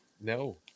No